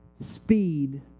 speed